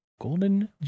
Golden